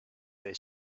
their